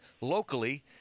locally